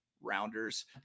Rounders